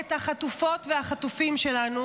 את החטופות והחטופים שלנו,